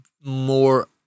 more